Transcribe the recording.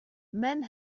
men